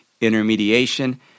intermediation